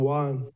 one